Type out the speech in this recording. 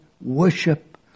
worship